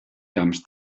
camps